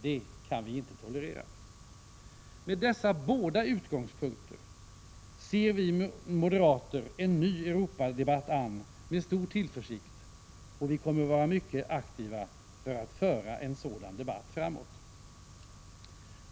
Det kan vi inte tolerera. Med dessa båda utgångspunkter ser vi moderater en ny Europadebatt an med stor tillförsikt. Vi kommer att vara mycket aktiva för att föra en sådan debatt framåt.